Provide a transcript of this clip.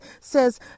says